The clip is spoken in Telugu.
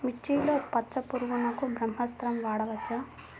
మిర్చిలో పచ్చ పురుగునకు బ్రహ్మాస్త్రం వాడవచ్చా?